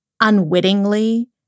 unwittingly